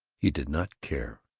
he did not care.